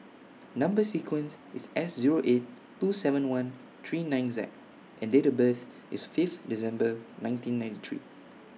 Number sequence IS S Zero eight two seven one three nine Z and Date of birth IS Fifth December nineteen ninety three